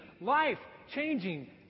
life-changing